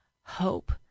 hope